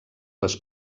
les